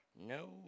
No